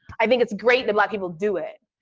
i think it's great that black people do it.